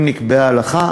אם נקבעה הלכה,